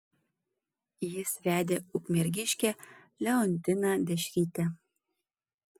jis vedė ukmergiškę leontiną dešrytę